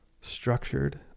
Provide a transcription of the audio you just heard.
structured